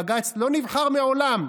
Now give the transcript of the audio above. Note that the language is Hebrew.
בג"ץ לא נבחר מעולם.